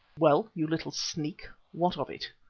well, you little sneak, what of it?